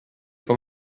com